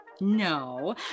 No